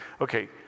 Okay